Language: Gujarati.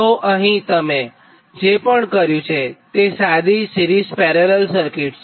તો અહીં તમે જે પણ કર્યું છે તે સાદી સિરીઝ પેરેલલ સર્કિટ છે